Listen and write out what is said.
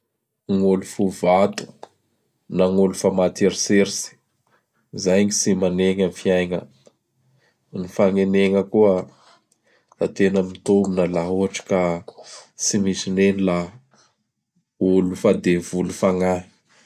Gn' olo fo vato na gn' olo fa maty eritseritsy. Izay gny tsy manegny am gn fiaigna. Ny fanenegna koa da tena mitombona la ohatry ka tsy misy negny laha olo fa devoly fagnahy.